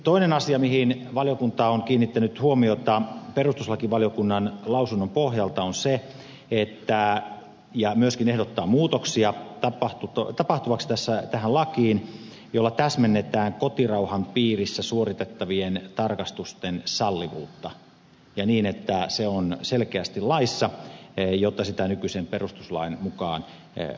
toinen asia mihin valiokunta on kiinnittänyt huomiota perustuslakivaliokunnan lausunnon pohjalta ja minkä osalta myöskin ehdottaa muutoksia tapahtuvaksi tähän lakiin on se että ehdotusta täsmennetään kotirauhan piirissä suoritettavien tarkastusten sallittavuuden osalta niin että se on selkeästi laissa jotta sitä nykyisen perustuslain mukaan voidaan tehdä